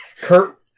Kurt